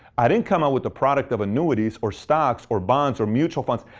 i didn't come out with the product of annuities or stocks or bonds or mutual funds.